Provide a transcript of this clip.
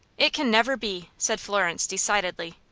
it can never be! said florence, decidedly.